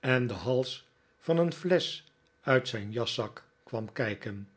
en de hals van een flesch uit zijn jaszak kwam kijken